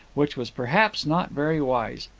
which was perhaps not very wise.